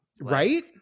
Right